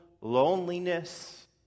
loneliness